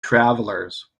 travelers